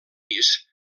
pis